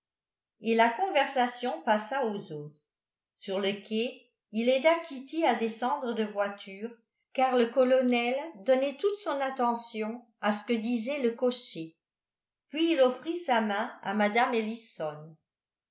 et la conversation passa aux autres sur le quai il aida kitty à descendre de voiture car le colonel donnait toute son attention à ce que disait le cocher puis il offrit sa main à mme ellison